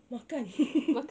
makan